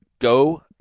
Go